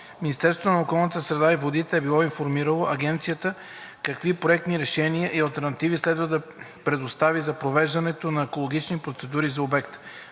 Министерството на околната среда и водите е било информирало Агенцията какви проектни решения и алтернативи следва да предостави за провеждане на екологичните процедури за обекта.